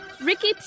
Ricky